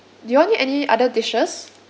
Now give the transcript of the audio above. do you all need any other dishes